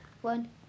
one